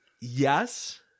Yes